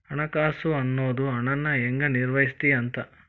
ಹಣಕಾಸು ಅನ್ನೋದ್ ಹಣನ ಹೆಂಗ ನಿರ್ವಹಿಸ್ತಿ ಅಂತ